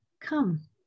Come